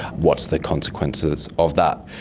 what's the consequences of that?